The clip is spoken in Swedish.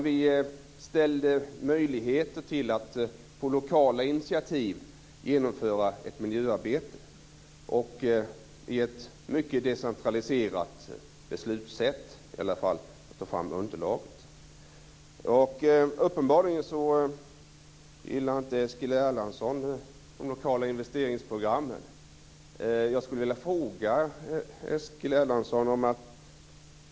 Vi gav möjligheter till att man på lokala initiativ skulle kunna genomföra ett miljöarbete, och besluten skulle i hög grad decentraliseras, åtminstone när det gällde att ta fram underlaget. Uppenbarligen gillar Eskil Erlandsson inte de lokala investeringsprogrammen. Jag skulle vilja ställa en fråga till honom.